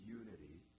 unity